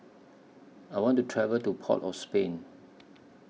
I want to travel to Port of Spain